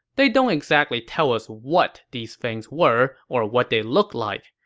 they don't exactly tell us what these things were or what they looked like.